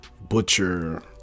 butcher